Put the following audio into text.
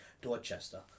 Dorchester